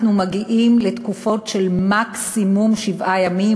אנחנו מגיעים לתקופות של מקסימום שבעה ימים,